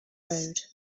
road